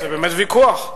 זה באמת ויכוח.